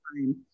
time